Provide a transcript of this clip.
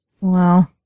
Wow